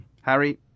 Harry